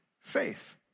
faith